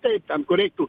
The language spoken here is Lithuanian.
taip ten kur reiktų